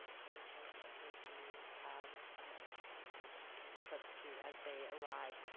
ive would hope that they do have information for the substitute as they arrive.